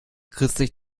christlich